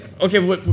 okay